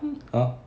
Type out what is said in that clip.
!huh!